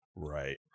Right